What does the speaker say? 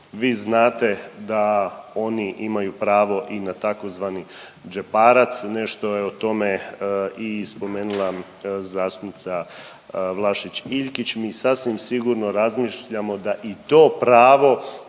Vi znate da oni imaju pravo i na tzv. džeparac, nešto je o tome i spomenula zastupnica Vlašić Iljkić, mi sasvim sigurno razmišljamo da i to pravo